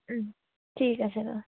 ঠিক আছে বাৰু